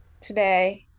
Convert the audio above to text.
today